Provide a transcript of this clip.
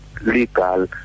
legal